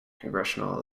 congressional